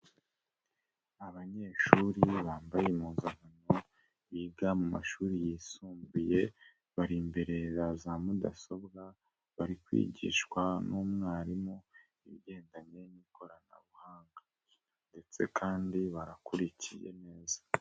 Abanyeshuri bambaye impuzankano, biga mu mashuri yisumbuye, bari imberera ya za mudasobwa, bari kwigishwa n'umwarimu ibigendanye n'ikoranabuhanga ndetse kandi barakurikiye neza.